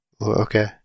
okay